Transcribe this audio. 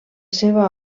seva